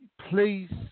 Please